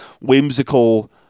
whimsical